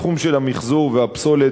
בתחום של המיחזור והפסולת,